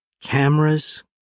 Cameras